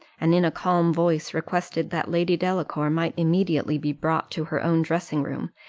and, in a calm voice, requested that lady delacour might immediately be brought to her own dressing-room,